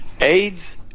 AIDS